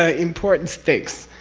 ah important stakes.